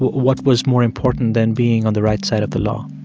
what was more important than being on the right side of the law?